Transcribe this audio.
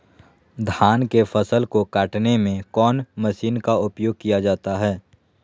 धान के फसल को कटने में कौन माशिन का उपयोग किया जाता है?